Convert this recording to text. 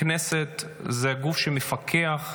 הכנסת זה הגוף שמפקח.